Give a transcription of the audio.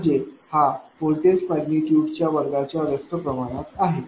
म्हणजे हा व्होल्टेज मैग्निट्यूडच्या वर्गाच्या व्यस्त प्रमाणात आहे